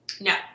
no